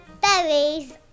berries